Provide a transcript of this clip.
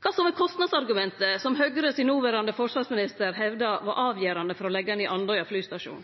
Kva så med kostnadsargumentet, som Høgres noverande forsvarsminister hevda var avgjerande for å leggje ned Andøya flystasjon?